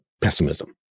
pessimism